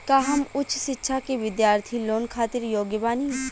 का हम उच्च शिक्षा के बिद्यार्थी लोन खातिर योग्य बानी?